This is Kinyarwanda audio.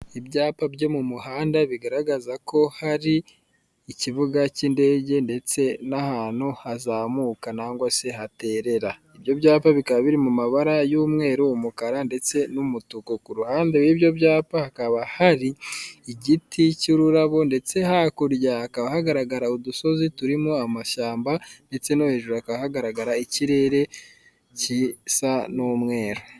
Ibyapa byo mu muhanda bigaragaza ko hari ikibuga k'indege ndetse n'ahantu hazamuka nangwa se haterera, ibyo byapa bikaba biri mu mabara y'umweru, umukara ndetse n'umutuku, ku ruhande rwibyo byapa hakaba hari igiti cy'ururabo ndetse hakurya hakaba hagaragara udusozi turimo amashyamba ndetse no hejuru hakaba hagaragara ikirere gisa n'umweru.